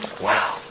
Wow